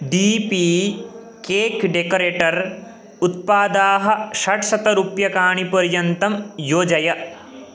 D P cake decorator उत्पादाः षड्शतरूप्यकाणि पर्यन्तं योजय